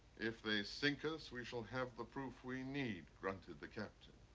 if they sink us we shall have the proof we need, grunted the captain.